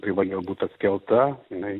privalėjo būt atkelta jinai